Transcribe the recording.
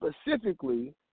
specifically